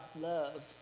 love